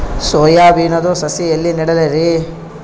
Soya ಬಿನದು ಸಸಿ ಎಲ್ಲಿ ನೆಡಲಿರಿ?